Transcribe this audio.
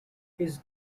his